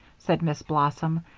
said miss blossom,